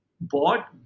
bought